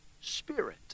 spirit